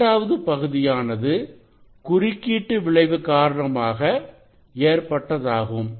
இரண்டாவது பகுதியானது குறுக்கீட்டு விளைவு காரணமாக ஏற்பட்டதாகும்